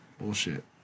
Bullshit